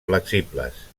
flexibles